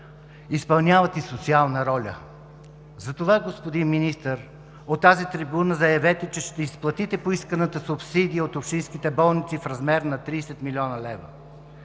изпълняват и социална роля. Затова, господин Министър, заявете от тази трибуна, че ще изплатите поисканата субсидия от общинските болници в размер на 30 млн. лв.